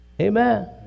Amen